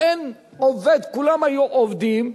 אין עובד, כולם היו עובדים,